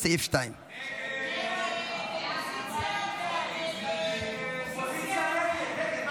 לסעיף 2. הסתייגות 13 לא